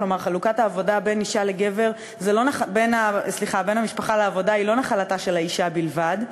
כלומר חלוקת העבודה בין המשפחה לעבודה היא לא נחלתה של האישה בלבד,